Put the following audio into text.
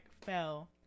fell